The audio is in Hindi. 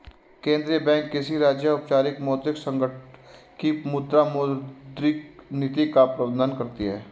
केंद्रीय बैंक किसी राज्य, औपचारिक मौद्रिक संघ की मुद्रा, मौद्रिक नीति का प्रबन्धन करती है